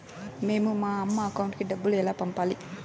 మేము మా అమ్మ అకౌంట్ కి డబ్బులు ఎలా పంపాలి